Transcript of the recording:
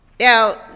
Now